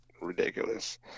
ridiculous